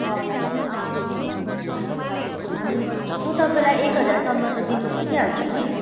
हजुर हजुर हामी म तपाईँलाई एक हजारसम्म त दिन सकिहाल्छु नि